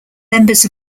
members